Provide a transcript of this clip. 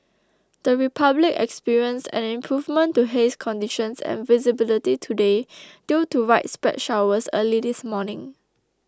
the Republic experienced an improvement to haze conditions and visibility today due to widespread showers early this morning